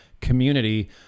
community